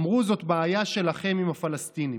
אמרו: זאת בעיה שלכם עם הפלסטינים".